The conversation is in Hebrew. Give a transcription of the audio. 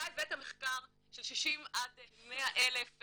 אתה הבאת מחקר של 60,000 עד 100,000